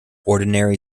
ordinary